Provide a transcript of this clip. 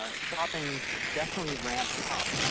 ah shopping definitely ramps up,